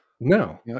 No